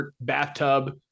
bathtub